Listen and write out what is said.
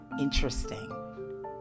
interesting